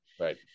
Right